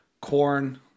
corn